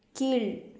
கீழ்